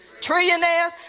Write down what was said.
Trillionaires